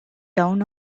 down